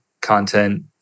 content